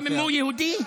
גם אם הוא יהודי?